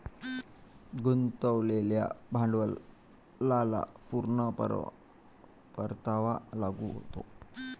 गुंतवलेल्या भांडवलाला पूर्ण परतावा लागू होतो